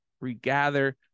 regather